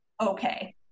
okay